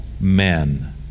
men